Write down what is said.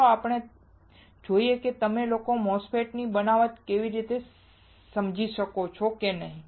ચાલો જોઈએ કે તમે લોકો MOSFET ની બનાવટ સમજી શકશો કે નહીં